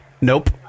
Nope